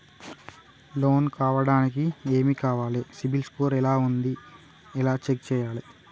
Loan కావడానికి ఏమి కావాలి సిబిల్ స్కోర్ ఎలా ఉంది ఎలా చెక్ చేయాలి?